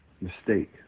Mistake